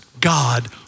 God